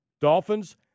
Dolphins